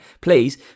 please